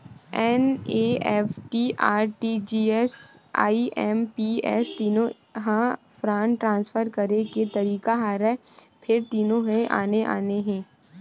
NEFT, RTGS, IMPS तीनो ह fund transfer करे के तरीका हरय फेर तीनो ह आने आने हे